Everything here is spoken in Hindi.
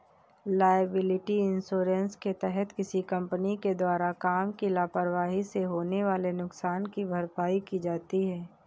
लायबिलिटी इंश्योरेंस के तहत किसी कंपनी के द्वारा काम की लापरवाही से होने वाले नुकसान की भरपाई की जाती है